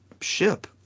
ship